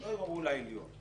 שלא ערערו לבית המשפט העליון,